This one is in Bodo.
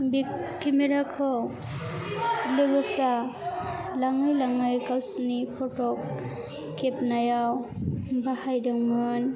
बे केमेराखौ लोगोफोरा लाङै लाङै गावसोरनि फट' खेबनायाव बाहायदोंमोन